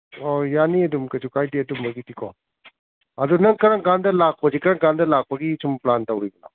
ꯑꯣ ꯌꯥꯅꯤ ꯑꯗꯨꯝ ꯀꯩꯁꯨ ꯀꯥꯏꯗꯦ ꯑꯗꯨꯝꯕꯒꯤꯗꯤꯀꯣ ꯑꯗꯨ ꯅꯪ ꯀꯔꯝ ꯀꯥꯟꯗ ꯂꯥꯛꯄꯁꯤ ꯀꯔꯝ ꯀꯥꯟꯗ ꯂꯥꯛꯄꯒꯤ ꯁꯨꯝ ꯄ꯭ꯂꯥꯟ ꯇꯧꯔꯤꯕꯅꯣ